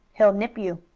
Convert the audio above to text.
he'll nip you!